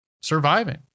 surviving